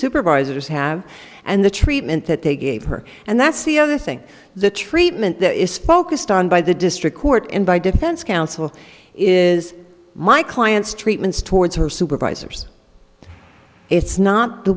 supervisors have and the treatment that they gave her and that's the other thing the treatment that is focused on by the district court and by defense counsel is my client's treatments towards her supervisors it's not the